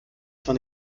zwar